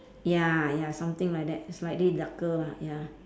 ya ya something like that it's slightly darker lah ya